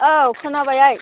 औ खोनाबाय आइ